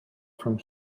from